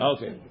Okay